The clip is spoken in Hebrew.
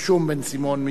רשום בן-סימון.